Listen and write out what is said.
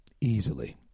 easily